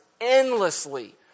endlessly